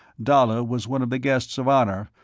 dalla was one of the guests of honor,